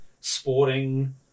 sporting